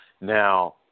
Now